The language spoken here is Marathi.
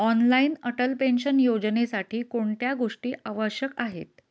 ऑनलाइन अटल पेन्शन योजनेसाठी कोणत्या गोष्टी आवश्यक आहेत?